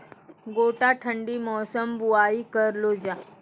गोटा ठंडी मौसम बुवाई करऽ लो जा?